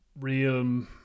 real